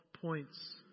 points